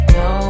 no